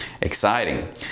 exciting